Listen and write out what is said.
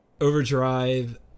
Overdrive